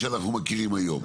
שאנחנו מכירים היום.